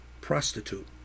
prostitute